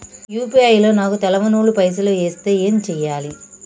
UPI లో నాకు తెల్వనోళ్లు పైసల్ ఎస్తే ఏం చేయాలి?